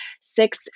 six